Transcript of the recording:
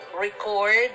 record